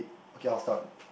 okay I'll start